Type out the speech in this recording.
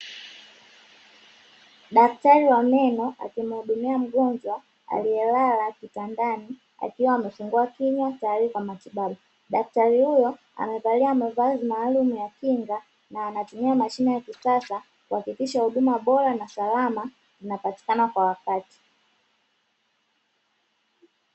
Daktari wa meno akimuhudumia mgonjwa, aliyelala kitandani, akiwa amefungua kinywa, tayari kwa matibabu, daktari huyo amevalia mavazi maalumu ya kinga, na anatumia mashine ya kisasa, kuhakikisha huduma bora na salama, inapatikana kwa wakati.